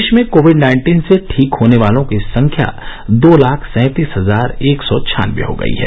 देश में covid nineteen से ठीक होने वालों की संख्या दो लाख सैंतीस हजार एक सौ छान्नबे हो गई है